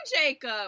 jacob